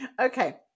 Okay